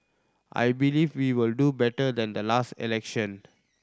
I believe we will do better than the last election